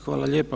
Hvala lijepa.